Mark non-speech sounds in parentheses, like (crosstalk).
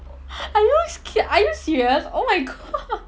are you s~ are you serious oh my god (laughs)